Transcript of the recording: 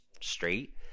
straight